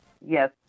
Yes